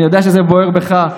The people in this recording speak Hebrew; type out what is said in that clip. אני יודע שזה בוער בך,